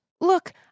Look